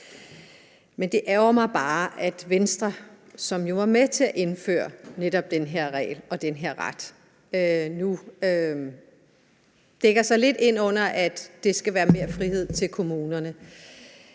Men det ærgrer mig bare, at Venstre, som jo var med til at indføre netop den her regel og den her ret, nu dækker sig lidt ind under, at det skal være mere frihed til kommunerne.